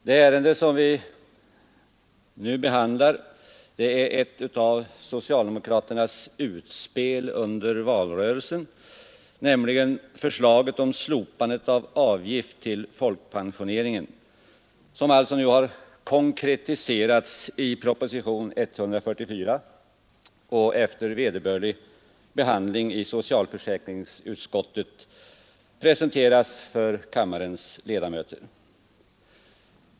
Det ärende som vi nu behandlar är ett av socialdemokraternas ”utspel” under valrörelsen, nämligen förslaget om slopande av avgiften till folkpensioneringen, som alltså nu har konkretiserats i propositionen 144 och efter vederbörlig behandling i socialförsäkringsutskottet presenterats för kammarens ledamöter.